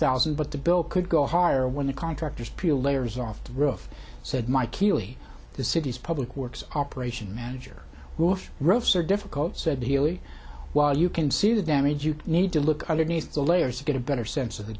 thousand but the bill could go higher when the contractors peel layers off the roof said my keeley the city's public works operations manager wolf roofs are difficult said healy while you can see the damage you need to look underneath the layers to get a better sense of the